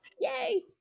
Yay